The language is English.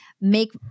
make